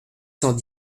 cent